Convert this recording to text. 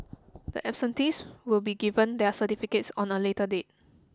the absentees will be given their certificates on a later date